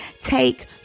Take